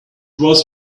was